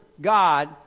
God